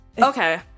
Okay